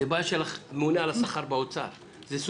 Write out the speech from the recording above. זו בעיה של הממונה על השכר באוצר.